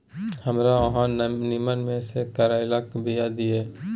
हमरा अहाँ नीमन में से करैलाक बीया दिय?